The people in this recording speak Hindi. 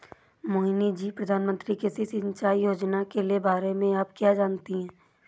मोहिनी जी, प्रधानमंत्री कृषि सिंचाई योजना के बारे में आप क्या जानती हैं?